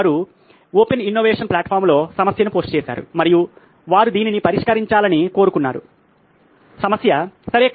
వారు open innovation platform లో సమస్యను పోస్ట్ చేశారు మరియు వారు దీనిని పరిష్కరించాలని కోరుకున్నారు సమస్య సరే